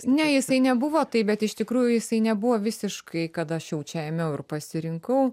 ne jisai nebuvo taip bet iš tikrųjų jisai nebuvo visiškai kad aš jau čia ėmiau ir pasirinkau